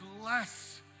bless